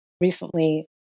recently